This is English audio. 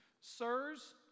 Sirs